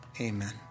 amen